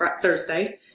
Thursday